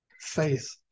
faith